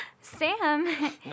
Sam